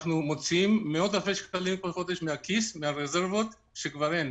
אנחנו מוציאים מאות אלפי שקלים כל חודש מהכיס מהרזרבות שכבר אין.